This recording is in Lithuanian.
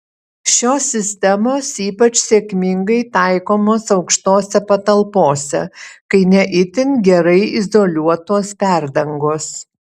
šios sistemos ypač sėkmingai taikomos aukštose patalpose kai ne itin gerai izoliuotos perdangos